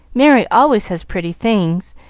merry always has pretty things,